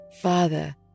Father